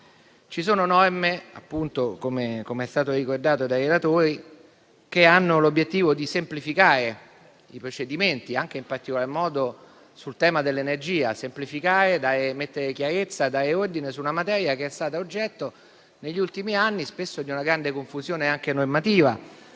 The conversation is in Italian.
Vi sono norme, come è stato ricordato dai relatori, che hanno l'obiettivo di semplificare i procedimenti, in particolar modo sul tema dell'energia: semplificare, mettere chiarezza e fare ordine su una materia che è stata spesso oggetto, negli ultimi anni, di una grande confusione, anche normativa.